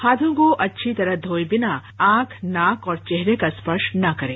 हाथों को अच्छी तरह धोए बिना आंख नाक और चेहरे का स्पर्श न करें